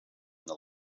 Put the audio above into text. the